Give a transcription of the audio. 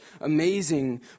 amazing